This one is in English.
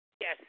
Yes